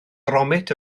gromit